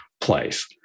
place